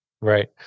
Right